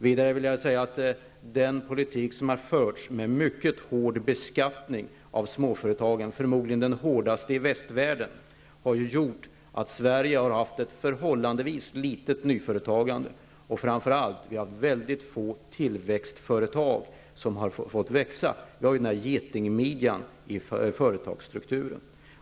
Vidare vill jag säga att den politik som har förts med mycket hård beskattning av småföretagen, förmodligen den hårdaste i västvärlden, har gjort att Sverige har haft ett förhållandevis litet nyföretagende, och vi har framför allt mycket få tillväxtföretag som har fått växa. Vi har en getingmidja i företagsstrukturen.